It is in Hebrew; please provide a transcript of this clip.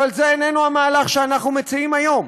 אבל זה איננו המהלך שאנחנו מציעים היום.